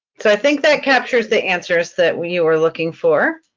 so i think that captures the answers that we were looking for.